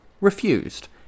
refused